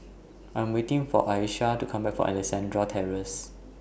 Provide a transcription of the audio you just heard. I Am waiting For Ayesha to Come Back from Alexandra Terrace